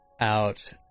out